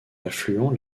affluent